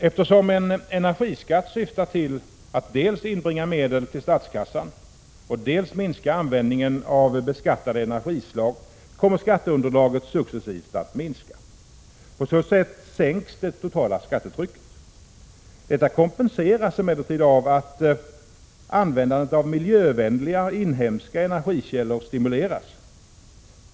Eftersom en energiskatt syftar till att dels inbringa medel till statskassan, dels minska användningen av beskattade energislag, kommer skatteunderlaget successivt att minska. På så sätt sänks det totala skattetrycket. Detta kompenseras emellertid av att användandet av miljövänliga, inhemska energikällor stimuleras.